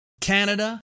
Canada